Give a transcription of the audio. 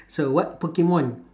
so what pokemon